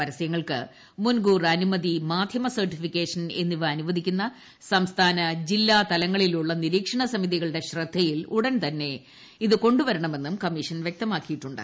പരസൃങ്ങൾക്ക് മുൻകൂർ അനുമതി മാധ്യമ സർട്ടിഫിക്കേഷൻ എന്നിവ അനുവദിക്കുന്ന സംസ്ഥാന തലങ്ങളിലുള്ള ജില്ലാ നിരീക്ഷണസമിതികളുടെ ശ്രദ്ധയിൽ ഉടൻ തന്നെ തന്നെ ഇത് കൊണ്ടുവരണമെന്നും കമ്മീഷൻ വ്യക്തമാക്കിയിട്ടുണ്ട്